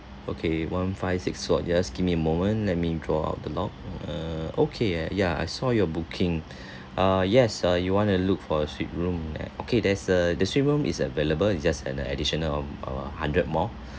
okay one five six four just give me a moment let me draw out the log err okay ya I saw your booking err yes uh you want to look for a suite room okay there's a the suite room is available it's just an additional of a hundred more